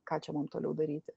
ką čia mum toliau daryti